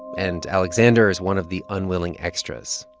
and alexander is one of the unwilling extras.